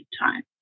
time